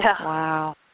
Wow